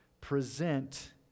present